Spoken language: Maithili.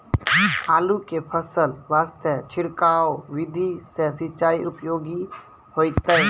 आलू के फसल वास्ते छिड़काव विधि से सिंचाई उपयोगी होइतै?